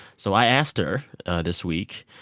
so i asked her this week,